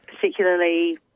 particularly